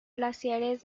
glaciares